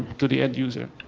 to the add user.